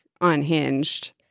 unhinged